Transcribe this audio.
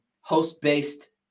host-based